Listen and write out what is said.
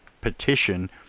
petition